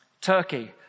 Turkey